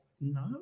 No